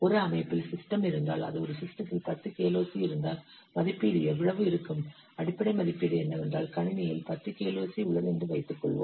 ஒரு அமைப்பில் சிஸ்டம் இருந்தால் அல்லது ஒரு சிஸ்டத்தில் 10 kloc இருந்தால் மதிப்பீடு எவ்வளவு இருக்கும் அடிப்படை மதிப்பீடு என்னவென்றால் கணினியில் 10 kloc உள்ளது என்று வைத்துக்கொள்வோம்